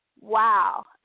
Wow